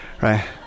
right